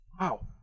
Wow